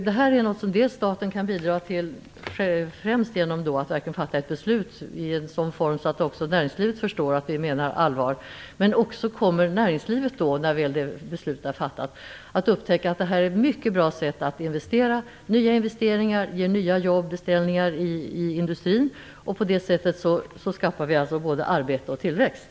Det är något som staten kan bidra till främst genom ett beslut i en sådan form att också näringslivet förstår att vi menar allvar. Näringslivet kommer också, när beslutet väl är fattat, att uppfatta att det är ett mycket bra sätt att investera. Nya investeringar ger nya jobb och beställningar i industrin. På det sättet skapar vi både arbete och tillväxt.